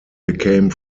became